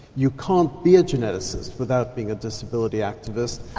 you can't be a geneticist without being a disability activist.